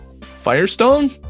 Firestone